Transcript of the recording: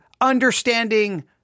understanding